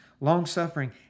long-suffering